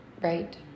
right